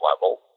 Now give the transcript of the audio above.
level